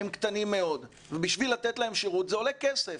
הם קטנים מאוד ובשביל לתת להם שירות זה עולה כסף.